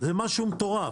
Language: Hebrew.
זה משהו מטורף.